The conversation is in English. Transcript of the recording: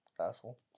asshole